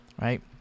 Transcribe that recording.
Right